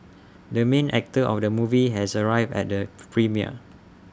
the main actor of the movie has arrived at the premiere